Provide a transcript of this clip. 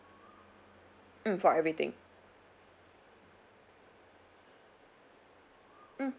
mm for everything mm